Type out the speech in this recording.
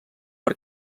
per